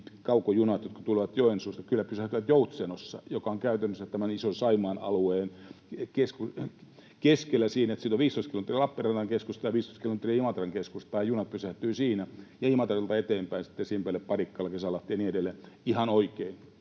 niin kaukojunat, jotka tulevat Joensuusta, kyllä pysähtyvät Joutsenossa, joka on käytännössä tämän ison Saimaan alueen keskellä siten, että siitä on 15 kilometriä Lappeenrannan keskustaan ja 15 kilometriä Imatran keskustaan. Junat pysähtyvät siinä, ja Imatralta eteenpäin tulevat sitten Simpele, Parikkala, Kesälahti ja niin edelleen. Ihan oikein.